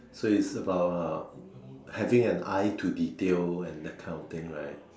so is about uh having an eye to detail and that kind of thing right